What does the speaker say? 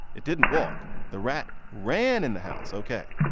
it didn't walk. the rat ran in the house, ok.